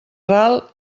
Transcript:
ral